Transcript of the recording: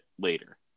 later